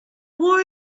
war